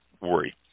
worry